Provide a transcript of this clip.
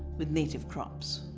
with native crops.